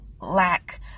lack